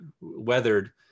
weathered